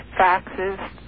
faxes